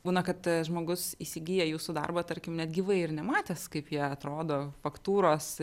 būna kad žmogus įsigyja jūsų darbą tarkim net gyvai ir nematęs kaip jie atrodo faktūros